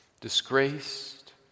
disgraced